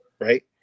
right